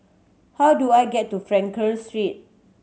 how do I get to Frankel Street